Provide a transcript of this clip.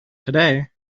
today